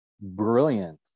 brilliant